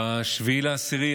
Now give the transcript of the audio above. ב-7 באוקטובר,